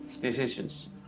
decisions